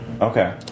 Okay